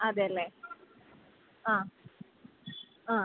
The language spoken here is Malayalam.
അതെ അല്ലെ ആ ആ